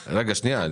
בעיה, בשמחה רבה.